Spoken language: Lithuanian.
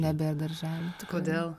nebėr darželių kodėl